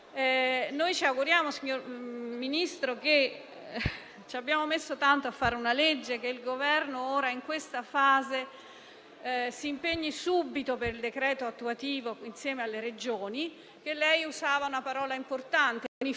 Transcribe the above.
ora ci auguriamo che il Governo, in questa fase, si impegni subito per il decreto attuativo insieme alle Regioni. Lei usava una parola importante: